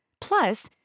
Plus